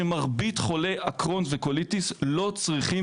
שמרבית חולי הקרוהן וקוליטיס לא צריכים